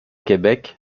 québec